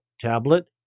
tablet